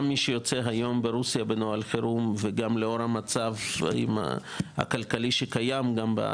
גם מי שיוצא היום מרוסיה בנוהל חירום וגם לאור המצב הכלכלי ובהתנהלות